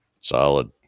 Solid